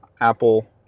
Apple